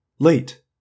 Late